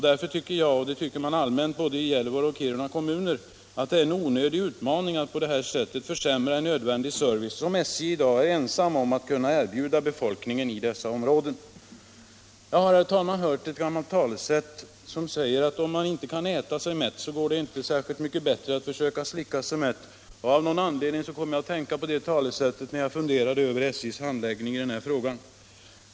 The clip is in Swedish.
Därför tycker jag, och det tycker man allmänt i både Gällivare och Kiruna kommuner, att det är en onödig utmaning att på detta sätt försämra en nödvändig service, som SJ i dag är ensam om att kunna erbjuda befolkningen i dessa områden. Jag har, herr talman, hört ett gammalt talesätt som säger att om man inte kan äta sig mätt, så går det inte bättre att försöka slicka sig mätt. Av någon anledning kom jag att tänka på det talesättet, när jag funderade över SJ:s handläggning av den här frågan.